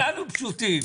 כולנו פשוטים.